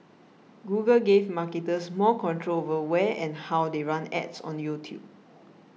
Google gave marketers more control over where and how they run ads on YouTube